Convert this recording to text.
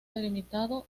delimitado